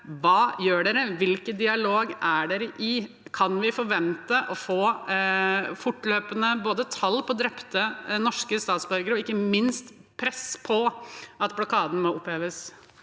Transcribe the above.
Hva gjør dere? Hvilken dialog er dere i? Kan vi forvente å få fortløpende både tall på drepte norske statsborgere og ikke minst press på at blokaden må oppheves?